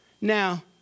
Now